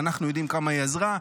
ואנחנו יודעים כמה היא עזרה,